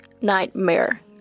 nightmare